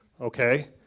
Okay